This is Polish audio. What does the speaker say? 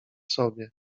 sobie